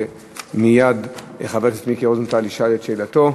ומיד חבר הכנסת מיקי רוזנטל ישאל את שאלתו.